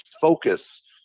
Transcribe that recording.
focus